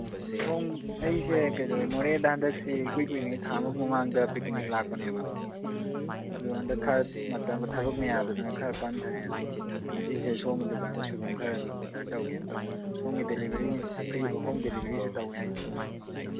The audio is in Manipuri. ꯑꯥ ꯁꯣꯝ ꯑꯩꯁꯦ ꯀꯩꯗꯧꯋꯤ ꯃꯣꯔꯦꯗ ꯍꯟꯗꯛꯁꯤ ꯏꯀꯨꯏ ꯀꯨꯏꯗ꯭ꯔꯤꯉꯩꯗ ꯊꯥ ꯑꯃꯒꯤ ꯃꯃꯥꯡꯗ ꯄꯤꯛꯅꯤꯛ ꯂꯥꯛꯄꯅꯦꯕ ꯑꯗꯣ ꯍꯟꯗꯛ ꯈꯔ ꯃꯇꯝ ꯊꯕꯛꯅ ꯌꯥꯗꯗꯅ ꯈꯔ ꯄꯟꯊꯔꯦ ꯑꯗꯨ ꯉꯁꯤꯁꯦ ꯁꯣꯝꯒꯤ ꯗꯨꯀꯥꯟꯗ ꯁꯣꯏꯕꯨꯝ ꯈꯔ ꯑꯣꯗꯔ ꯇꯧꯒꯦꯅ ꯇꯧꯕ ꯑꯗꯨ ꯁꯣꯝꯒꯤ ꯗꯦꯂꯤꯚꯔꯤ ꯐ꯭ꯔꯤ ꯍꯣꯝ ꯗꯦꯂꯤꯚꯔꯤꯁꯨ ꯇꯧꯋꯦ ꯍꯥꯏ ꯆꯨꯝꯕ꯭ꯔꯣ ꯀꯃꯥꯏꯅ ꯇꯧꯕꯅꯣ